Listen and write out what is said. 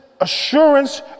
Assurance